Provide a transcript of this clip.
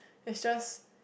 it's just